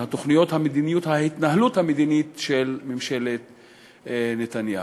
על ההתנהלות המדינית של ממשלת נתניהו.